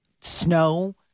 snow